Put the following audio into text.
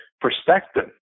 perspective